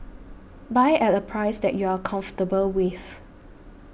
buy at a price that you are comfortable with